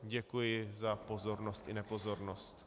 Děkuji za pozornost i nepozornost.